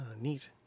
neat